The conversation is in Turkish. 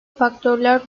faktörler